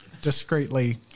discreetly